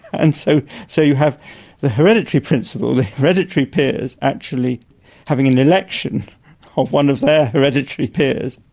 and so so you have the hereditary principle, the hereditary peers actually having an election of one of their hereditary peers.